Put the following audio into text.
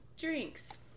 drinks